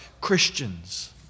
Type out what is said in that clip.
Christians